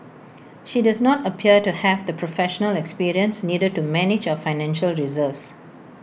she does not appear to have the professional experience needed to manage our financial reserves